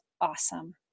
awesome